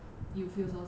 you feel so sad